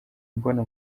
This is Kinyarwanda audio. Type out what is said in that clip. mbona